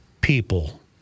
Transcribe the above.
people